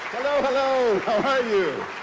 hello. how are you?